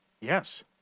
Yes